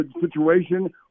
situation